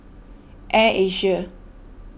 Air Asia